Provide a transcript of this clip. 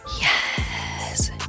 Yes